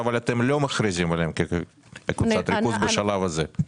אבל אתם לא מכריזים עליהם כקבוצת ריכוז בשלב הזה.